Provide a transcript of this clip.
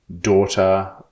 daughter